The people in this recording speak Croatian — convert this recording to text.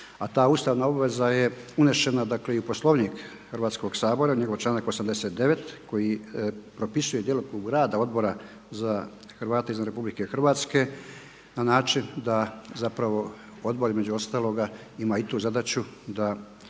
a ta ustavna obveza je unešena, dakle i u Poslovnik Hrvatskog sabora, njegov članak 89. koji propisuje djelokrug rada Odbora za Hrvate izvan RH na način da zapravo odbor između ostaloga ima i tu zadaću da razmatra